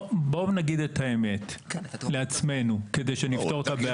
בואו נגיד את האמת לעצמנו, כדי שנפתור את הבעיה.